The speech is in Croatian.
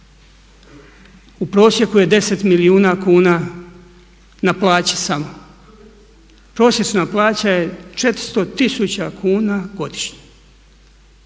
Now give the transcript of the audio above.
u prosjeku je 10 milijuna kuna na plaći samo. Prosječna plaća je 400 tisuća kuna godišnje,